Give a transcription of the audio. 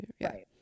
right